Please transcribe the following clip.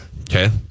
Okay